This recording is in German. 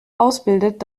ausbildet